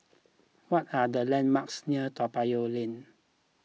what are the landmarks near Toa Payoh Lane